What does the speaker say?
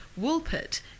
Woolpit